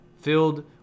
filled